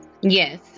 Yes